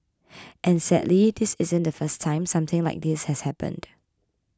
and sadly this isn't the first time something like this has happened